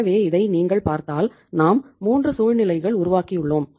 எனவே இதை நீங்கள் பார்த்தால் நாம் 3 சூழ்நிலைகள் உருவாக்கியுள்ளோம்